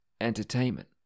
entertainment